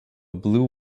blue